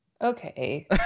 Okay